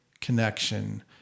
connection